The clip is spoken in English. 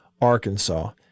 Arkansas